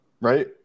Right